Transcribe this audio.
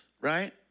right